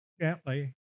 gently